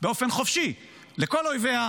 באופן חופשי לכל אויביה.